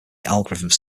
algorithms